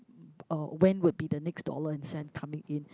uh when would be the next dollar and cent coming in